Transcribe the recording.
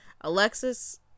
Alexis